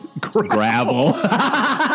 Gravel